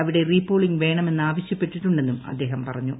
അവിടെ re polling വേണമെന്ന് ആവശ്യപ്പെട്ടിട്ടു ണ്ടെന്നും അദ്ദേഹം പറഞ്ഞു